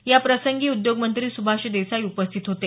याप्रसंगी उद्योगमंत्री सुभाष देसाई उपस्थित होते